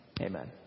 Amen